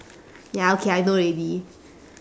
ya okay I know already